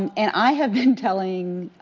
and and i have been telling